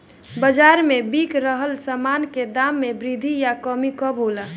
बाज़ार में बिक रहल सामान के दाम में वृद्धि या कमी कब होला?